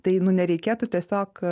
tai nu nereikėtų tiesiog